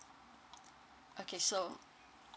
okay so